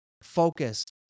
focused